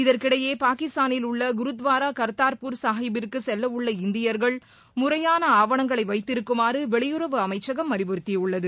இதற்கிடையே உள்ள குருத்துவாரா கர்த்தார்பூர் சாஹிப்பிற்கு செல்லவுள்ள இந்தியர்கள் முறையான ஆவணங்களை வைத்திருக்குமாறு வெளியுறவு அமைச்சகம் அறிவுறுத்தியுள்ளது